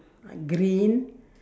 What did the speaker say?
green